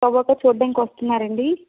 tobacco చూడ్డానికి వస్తున్నారా అండి